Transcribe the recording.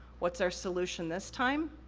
what's our solution this time?